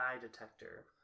detector